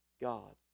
God